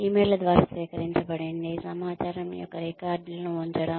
ఇమెయిల్ల ద్వారా స్వీకరించబడిందిసమాచారం యొక్క రికార్డు లను ఉంచడం